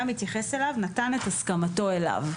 מתייחס אליו נתן את הסכמתו אליו".